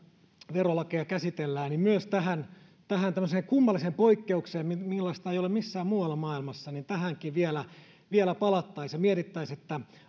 verolakeja käsitellään niin myös tähän tähän tämmöiseen kummalliseen poikkeukseenkin millaista ei ole missään muualla maailmassa vielä vielä palattaisiin ja mietittäisiin